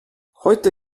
heute